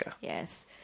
Yes